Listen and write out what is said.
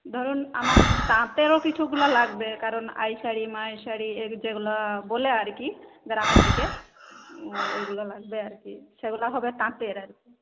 ধরুন আমার তাঁতেরও কিছুগুলো লাগবে কারণ আইশাড়ি মায়ের শাড়ি এই যেগুলো বলে আর কি গ্রামের দিকে ওইগুলো লাগবে আর কি সেগুলো হবে তাঁতের আর কি